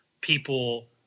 people